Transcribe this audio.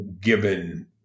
given